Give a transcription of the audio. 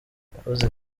yavuze